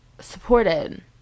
supported